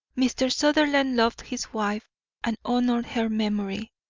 mr. sutherland loved his wife and honoured her memory.